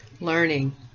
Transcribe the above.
learning